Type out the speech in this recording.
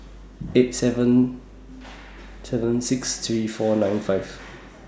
eight seven seven six three four nine five